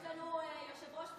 אדוני היושב-ראש,